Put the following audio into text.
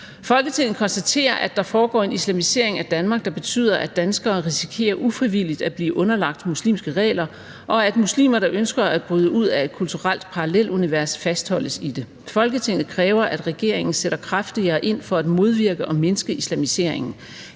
»Folketinget konstaterer, at der foregår en islamisering af Danmark, der betyder, at danskere risikerer ufrivilligt at blive underlagt muslimske regler, og at muslimer, der ønsker at bryde ud af et kulturelt parallelunivers, fastholdes i det. Folketinget kræver, at regeringen sætter kraftigere ind for at modvirke og mindske islamiseringen,